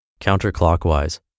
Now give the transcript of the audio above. Counterclockwise